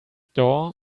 door